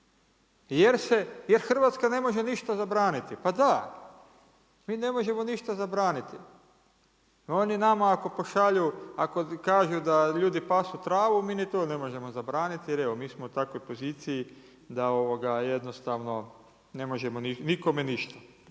jer Hrvatska ne može ništa zabraniti. Pa da! Mi ne možemo ništa zabraniti. Oni nama ako pošalju, ako kažu da ljudi pasu travu mi ni to ne možemo zabraniti, jer evo mi smo u takvoj poziciji da jednostavno ne možemo nikome ništa.